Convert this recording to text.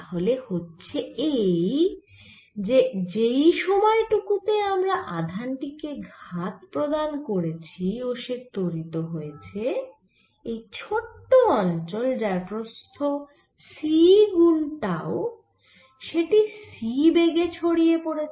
তাহলে হচ্ছে এই যে যেই সময় টুকু তে আমরা আধান টি কে ঘাত প্রদান করেছি ও সে ত্বরিত হয়েছে এই ছোট অঞ্চল যার প্রস্থ c গুন টাউ সেটি c বেগে ছড়িয়ে পড়েছে